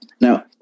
Now